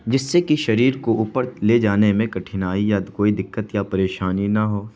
جس سے کہ شریر کو اوپر لے جانے میں کٹھینائی یا کوئی دقت یا پریشانی نہ ہو